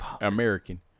American